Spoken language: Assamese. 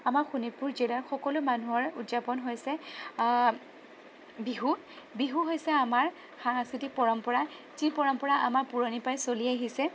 আমাৰ শোণিতপুৰ জিলাৰ সকলো মানুহৰ উদযাপন হৈছে বিহু বিহু হৈছে আমাৰ সাংস্কৃতিক পৰম্পৰা যি পৰম্পৰা আমাৰ পুৰণিৰ পৰাই চলি আহিছে